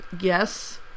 Yes